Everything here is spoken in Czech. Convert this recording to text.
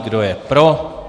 Kdo je pro?